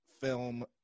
film